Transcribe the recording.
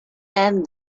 and